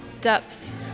depth